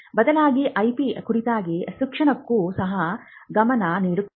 ಬದಲಾಗಿ IP ಕುರಿತಾದ ಶಿಕ್ಷಣಕ್ಕೂ ಸಹ ಗಮನ ನೀಡುತ್ತದೆ